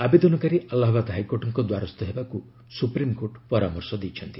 ଆବେଦନକାରୀ ଆହ୍ଲୁବାଦ ହାଇକୋର୍ଟଙ୍କ ଦ୍ୱାରସ୍ଥ ହେବାକୁ ସୁପ୍ରିମକୋର୍ଟ ପରାମର୍ଶ ଦେଇଛନ୍ତି